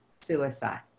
suicide